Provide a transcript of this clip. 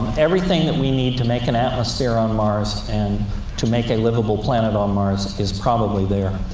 everything that we need to make an atmosphere on mars, and to make a livable planet on mars, is probably there.